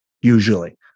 usually